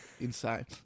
Insane